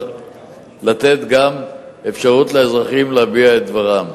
ולתת גם אפשרות לאזרחים להביע את דברם.